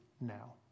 now